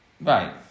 Right